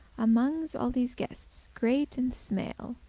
amonges all these guestes great and smale,